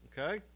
Okay